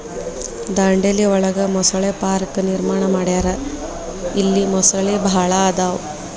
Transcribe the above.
ದಾಂಡೇಲಿ ಒಳಗ ಮೊಸಳೆ ಪಾರ್ಕ ನಿರ್ಮಾಣ ಮಾಡ್ಯಾರ ಇಲ್ಲಿ ಮೊಸಳಿ ಭಾಳ ಅದಾವ